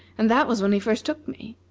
and that was when he first took me.